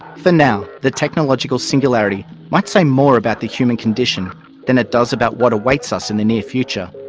for now the technological singularity might say more about the human condition than it does about what awaits us in the near future.